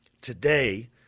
Today